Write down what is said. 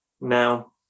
now